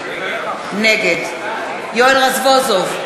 נגד יואל רזבוזוב,